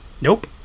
Nope